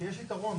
שיש יתרון